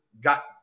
got